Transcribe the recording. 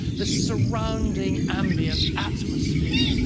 the surrounding ambient atmosphere.